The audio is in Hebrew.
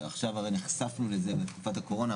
שעכשיו נחשפנו לזה בתקופת הקורונה,